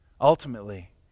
Ultimately